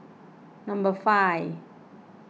number five